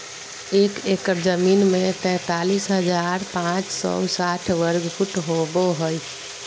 एक एकड़ जमीन में तैंतालीस हजार पांच सौ साठ वर्ग फुट होबो हइ